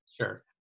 Sure